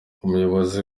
umuyobozi